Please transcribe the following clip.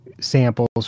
samples